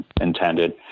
intended